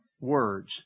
words